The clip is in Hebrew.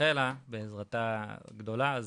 בעזרתה הגדולה של רחלה,